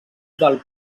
del